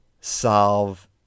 solve